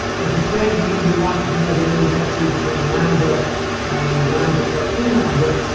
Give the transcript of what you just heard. if instead you wanted to know the energy density between lambda and lambda plus d lambda,